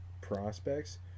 prospects